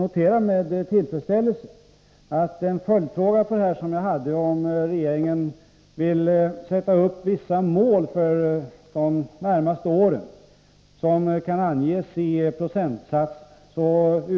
Jag måste med tillfredsställelse notera svaret på min följdfråga om huruvida regeringen för de närmaste åren vill sätta upp vissa mål som kan anges i procentsatser.